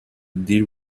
deal